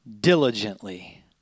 diligently